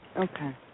Okay